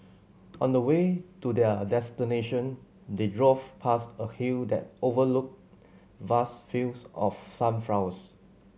on the way to their destination they drove past a hill that overlooked vast fields of sunflowers